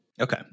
Okay